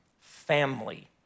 family